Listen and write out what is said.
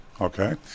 Okay